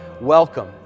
welcome